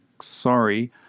Sorry